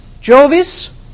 jovis